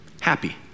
happy